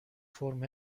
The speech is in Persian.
فرم